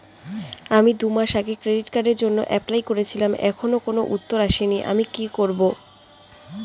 আমি দুমাস আগে ক্রেডিট কার্ডের জন্যে এপ্লাই করেছিলাম এখনো কোনো উত্তর আসেনি আমি কি করব?